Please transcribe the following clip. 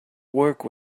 work